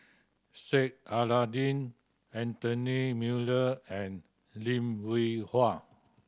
Sheik Alau'ddin Anthony Miller and Lim Hwee Hua